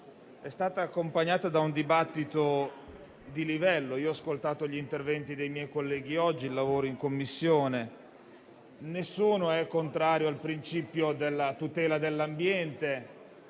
è stata accompagnata da un dibattito di livello. Ho ascoltato gli interventi dei miei colleghi oggi e ho seguito il lavoro in Commissione. Nessuno è contrario al principio della tutela dell'ambiente